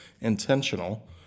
intentional